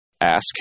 ask